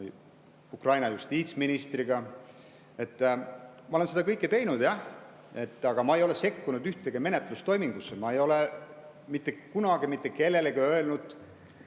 Ukraina justiitsministriga. Ma olen seda kõike teinud, jah, aga ma ei ole sekkunud ühtegi menetlustoimingusse. Ma ei ole mitte kunagi mitte kellelegi öelnud,